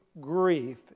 grief